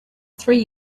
three